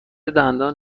دندان